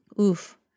Oof